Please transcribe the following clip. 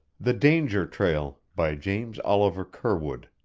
the danger trail by james oliver curwood